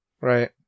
Right